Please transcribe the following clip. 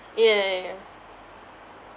ya ya ya ya